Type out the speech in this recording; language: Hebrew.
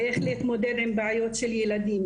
איך להתמודד עם בעיות של ילדים,